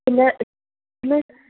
പിന്നെ പിന്നെ